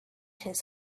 his